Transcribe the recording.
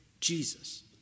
Jesus